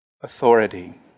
authority